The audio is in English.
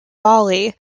bali